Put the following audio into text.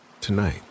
Tonight